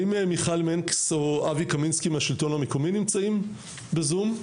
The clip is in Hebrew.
האם מיכל מנקס או אבי קמינסקי מהשלטון המקומי נמצאים בזום?